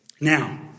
Now